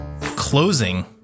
closing